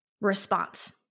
response